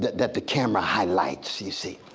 that that the camera highlights you see?